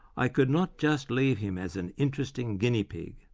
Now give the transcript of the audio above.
i could not just leave him as an interesting guinea pig.